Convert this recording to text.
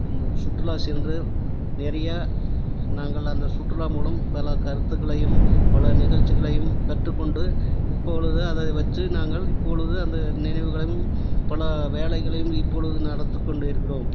சுற்றுலா சென்று நெறைய நாங்கள் அந்த சுற்றுலா மூலம் பல கருத்துக்களையும் பல நிகழ்ச்சிகளையும் கற்றுக்கொண்டு இப்பொழுது அதை வைச்சு நாங்கள் இப்பொழுது அந்த நினைவுகளையும் பல வேலைகளையும் இப்பொழுது நடத்தி கொண்டு இருக்கிறோம்